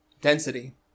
density